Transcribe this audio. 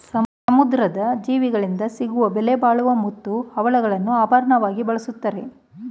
ಸಮುದ್ರದ ಜೀವಿಗಳಿಂದ ಸಿಗುವ ಬೆಲೆಬಾಳುವ ಮುತ್ತು, ಹವಳಗಳನ್ನು ಆಭರಣವಾಗಿ ಬಳ್ಸತ್ತರೆ